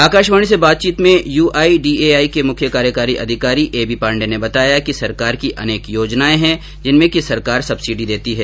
आकाशवाणी से बातचीत में यूआईडीएआई के मुख्य कार्यकारी अधिकारी एबी पाण्डेय ने बताया कि सरकार की अनेक योजनाएं हैं जिसमें कि सरकार सब्सिडी देती है